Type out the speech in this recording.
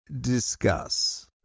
discuss